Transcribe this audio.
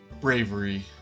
bravery